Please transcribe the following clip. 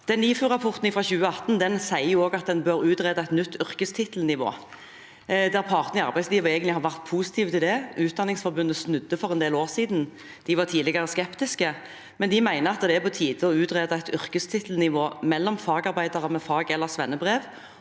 NIFU-rapporten fra 2018 sier også at en bør utrede et nytt yrkestittelnivå, og partene i arbeidslivet har egentlig vært positive til det. Utdanningsforbundet snudde for en del år siden. De var tidligere skeptiske, men de mener det er på tide å utrede et yrkestittelnivå mellom fagarbeidere med fag- eller svennebrev